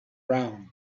round